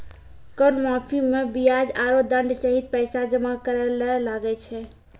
कर माफी मे बियाज आरो दंड सहित पैसा जमा करे ले लागै छै